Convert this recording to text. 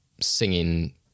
singing